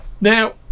Now